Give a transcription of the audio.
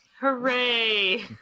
Hooray